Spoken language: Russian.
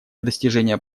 достижения